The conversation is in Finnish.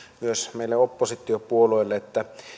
myös meille oppositiopuolueille